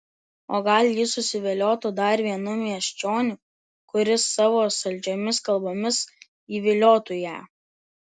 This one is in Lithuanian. o gal ji susiviliotų dar vienu miesčioniu kuris savo saldžiomis kalbomis įviliotų ją